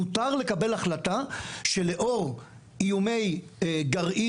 מותר לקבל החלטה שלאור איומי גרעין